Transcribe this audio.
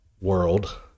World